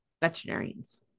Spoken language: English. veterinarians